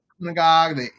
synagogue